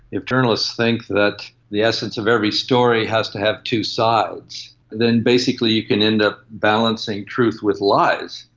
if journalists think that the essence of every story has to have two sides, then basically you can end up balancing truth with lies.